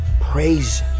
Praise